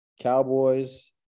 Cowboys